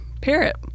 parrot